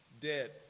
Dead